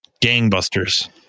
Gangbusters